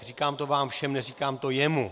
Říkám to vám všem, neříkám to jemu.